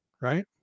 right